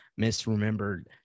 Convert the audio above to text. misremembered